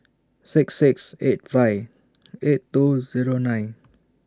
six six eight five eight two Zero nine